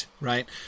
right